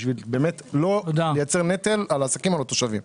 כדי לא לייצר נטל על העסקים ועל התושבים.